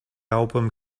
album